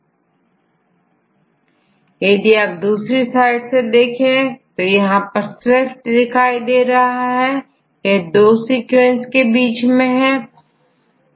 Student अब आप दूसरी साइड देखें तो यहां पर स्विफ्ट दिखाई दे रहा है यह दो सीक्वेंस के बीच में है